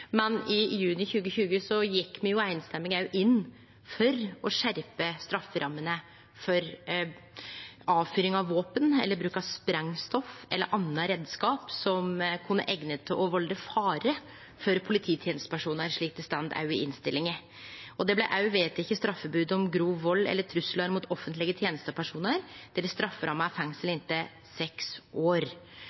men i juni 2020 gjekk me samrøystes inn for å skjerpe strafferammene for avfyring av våpen eller bruk av sprengstoff eller andre reiskapar som kunne vere eigna til å valde fare for polititenestepersonar, slik det også står i innstillinga. Det blei også vedteke eit straffebod om grov vald eller truslar mot offentlege tenestepersonar der strafferamma er fengsel inntil seks år.